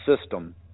system